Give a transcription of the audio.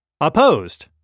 Opposed